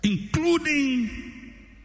including